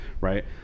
right